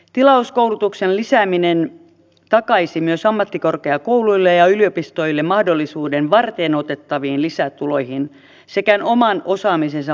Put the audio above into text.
tilauskoulutuksen lisääminen takaisi myös ammattikorkeakouluille ja yliopistoille mahdollisuuden varteenotettaviin lisätuloihin sekä oman osaamisensa markkinointiin